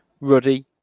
Ruddy